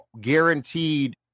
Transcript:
guaranteed